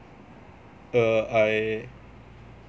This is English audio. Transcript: uh I